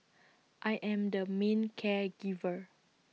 I am the main care giver